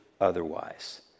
otherwise